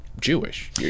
Jewish